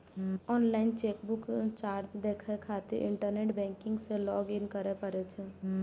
online chequebook charge देखै खातिर internet banking मे लॉग इन करै पड़ै छै